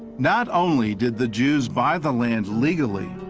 not only did the jews buy the land legally,